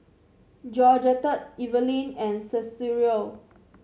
Georgette Eveline and Cicero